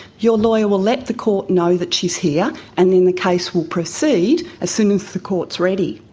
your lawyer will let the court know that she is here and then the case will proceed as soon as the court is ready.